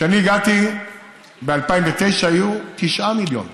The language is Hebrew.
כשאני הגעתי ב-2009 היו 9 מיליון.